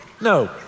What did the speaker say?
no